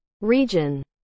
region